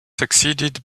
succeeded